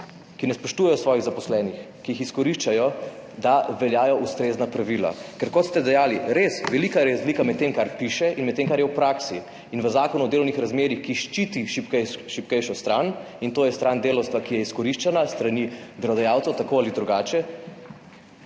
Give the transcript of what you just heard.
ki ne spoštujejo svojih zaposlenih, ki jih izkoriščajo, da veljajo ustrezna pravila, ker je res, kot ste dejali, velika razlika med tem, kar piše, in med tem, kar je v praksi. V Zakonu o delovnih razmerjih, ki ščiti šibkejšo stran, to je stran delavstva, ki je izkoriščena s strani delodajalcev tako ali drugače,